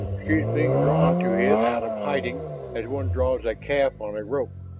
she is being drawn to it out of hiding as one draws a calf on a rope.